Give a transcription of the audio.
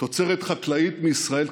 תוצרת חקלאית מישראל,